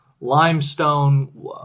limestone